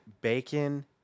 bacon